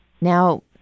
Now